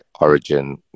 origin